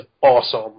awesome